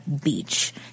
Beach